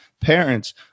Parents